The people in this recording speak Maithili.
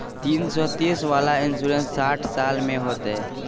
तीन सौ तीस वाला इन्सुरेंस साठ साल में होतै?